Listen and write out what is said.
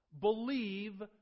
believe